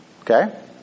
Okay